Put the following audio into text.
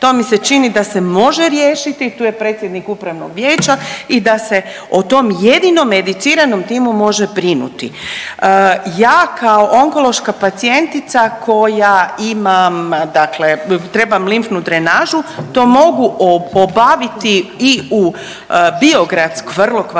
To mi se čini da se može riješiti, tu je predsjednik upravnog vijeća i da se o tom jedinom mediciranom timu može brinuti. Ja kao onkološka pacijentica koja imam dakle trebam limfnu drenažu, to mogu obaviti i u Biogradsk…, vrlo kvalitetno